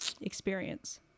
experience